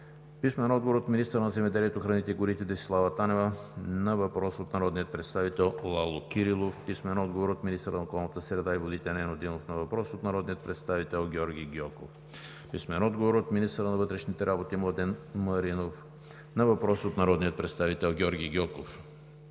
Попов; - министъра на земеделието, храните и горите Десислава Танева на въпрос от народния представител Лало Кирилов; - министъра на околната среда и водите Нено Димов на въпрос от народния представител Георги Гьоков; - министъра на вътрешните работи Младен Маринов на въпрос от народния представител Георги Гьоков;